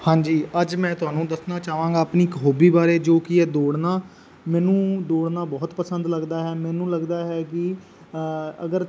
ਹਾਂਜੀ ਅੱਜ ਮੈਂ ਤੁਹਾਨੂੰ ਦੱਸਣਾ ਚਾਹਾਂਗਾ ਆਪਣੀ ਇੱਕ ਹੋਬੀ ਬਾਰੇ ਜੋ ਕਿ ਹੈ ਦੌੜਨਾ ਮੈਨੂੰ ਦੌੜਨਾ ਬਹੁਤ ਪਸੰਦ ਲੱਗਦਾ ਹੈ ਮੈਨੂੰ ਲੱਗਦਾ ਹੈ ਕਿ ਅਗਰ